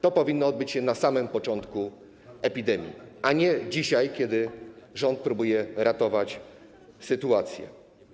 To powinno odbyć się na samym początku epidemii, a nie dzisiaj, kiedy rząd próbuje ratować sytuację.